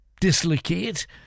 dislocate